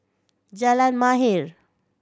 Jalan Mahir